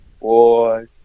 Boy